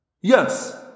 Yes